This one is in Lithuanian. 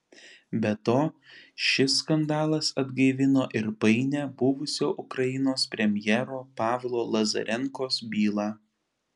be to šis skandalas atgaivino ir painią buvusio ukrainos premjero pavlo lazarenkos bylą